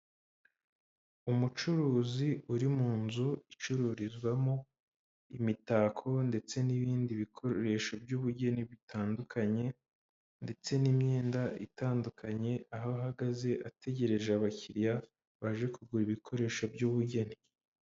Umucuruzi uri mu nzu icururizwamo imitako, ndetse n'ibindi bikoresho by'ubugeni bitandukanye, ndetse n'imyenda itandukanye, aho ahagaze ategereje abakiriya baje kugura ibikoresho by'ubugeni.